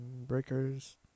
Breakers